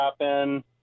happen